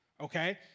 okay